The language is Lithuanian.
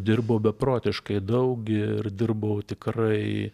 dirbau beprotiškai daug ir dirbau tikrai